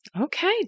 Okay